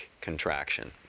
contraction